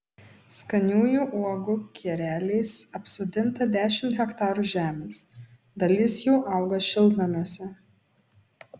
skaniųjų uogų kereliais apsodinta dešimt hektarų žemės dalis jų auga šiltnamiuose